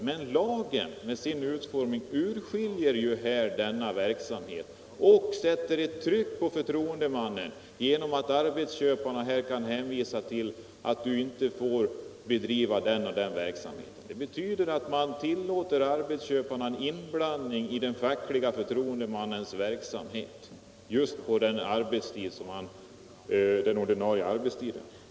Och lagen har sådan utformning att den skiljer ut denna verksamhet och sätter ett kryss på förtroendemannen genom att arbetsköparen kan hänvisa till att han inte får bedriva den eller den verksamheten. Det betyder att man tillåter arbetsköparna en inblandning i den facklige förtroendemannens verksamhet under den ordinarie arbetstiden.